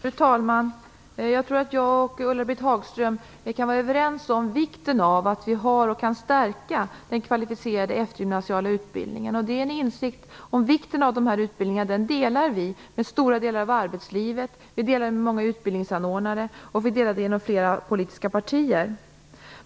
Fru talman! Jag tror att jag och Ulla-Britt Hagström kan vara överens om vikten av att vi har och kan stärka den kvalificerade eftergymnasiala utbildningen. Insikten om hur viktig denna utbildning är delar vi med stora delar av arbetslivet, många utbildningsanordnare och flera politiska partier.